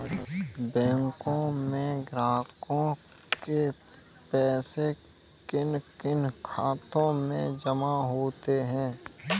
बैंकों में ग्राहकों के पैसे किन किन खातों में जमा होते हैं?